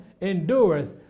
endureth